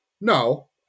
No